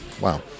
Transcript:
wow